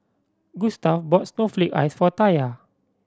Gustaf bought snowflake ice for Taya